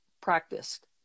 practiced